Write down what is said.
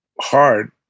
hard